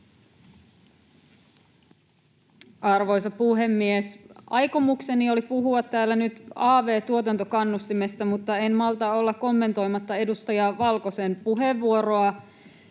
Arvoisa puhemies! Aikomukseni oli puhua täällä nyt av-tuotantokannustimesta, mutta en malta olla kommentoimatta edustaja Valkosen puheenvuoroa.